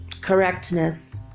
correctness